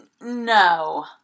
No